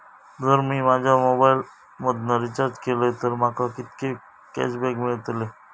जर मी माझ्या मोबाईल मधन रिचार्ज केलय तर माका कितके कॅशबॅक मेळतले?